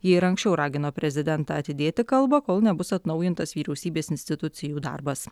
ji ir anksčiau ragino prezidentą atidėti kalbą kol nebus atnaujintas vyriausybės institucijų darbas